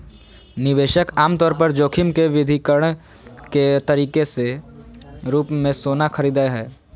निवेशक आमतौर पर जोखिम के विविधीकरण के तरीके के रूप मे सोना खरीदय हय